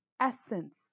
essence